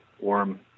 warm